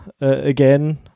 again